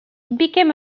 became